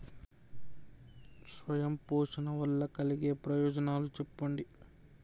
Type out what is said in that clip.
స్వయం పోషణ వల్ల కలిగే ప్రయోజనాలు చెప్పండి?